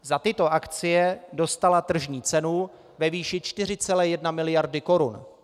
Za tyto akcie dostala tržní cenu ve výši 4,1 miliardy korun.